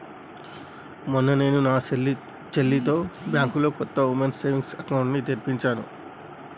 మొన్న నేను నా చెల్లితో బ్యాంకులో కొత్త ఉమెన్స్ సేవింగ్స్ అకౌంట్ ని తెరిపించాను